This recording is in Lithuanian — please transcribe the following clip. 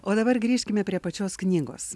o dabar grįžkime prie pačios knygos